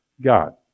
God